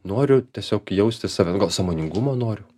noriu tiesiog jaustis savim gal sąmoningumo noriu